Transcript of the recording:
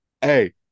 Hey